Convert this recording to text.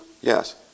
Yes